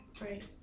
right